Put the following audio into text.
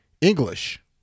English